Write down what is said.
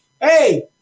hey